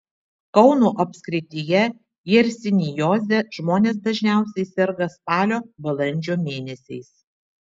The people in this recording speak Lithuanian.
kauno apskrityje jersinioze žmonės dažniausiai serga spalio balandžio mėnesiais